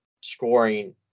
scoring